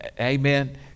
Amen